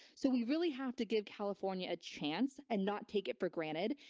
so we really have to give california a chance and not take it for granted.